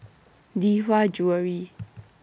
Lee Hwa Jewellery